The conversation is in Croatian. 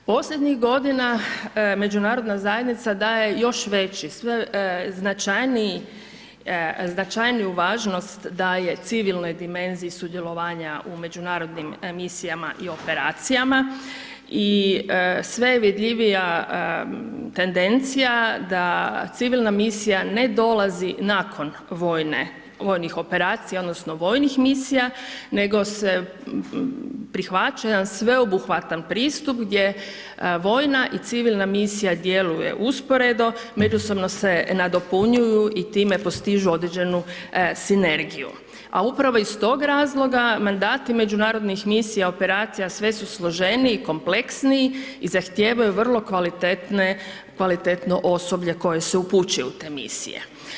Posljednjih godina Međunarodna zajednica daje još veći, značajniju važnost daje civilnoj dimenziji sudjelovanja u Međunarodnim misijama i operacijama i sve je vidljivija tendencija da Civilna misija ne dolazi nakon vojnih operacija odnosno Vojnih misija, nego se prihvaća jedan sveobuhvatan pristup gdje Vojna i Civilna misija djeluje usporedo, međusobno se nadopunjuju i time postižu određenu sinergiju, a upravo iz tog razloga mandati Međunarodnih misija i operacija sve su složeniji i kompleksniji i zahtijevaju vrlo kvalitetno osoblje koje se upućuje u te misije.